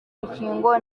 rukingo